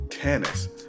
Tennis